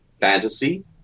Fantasy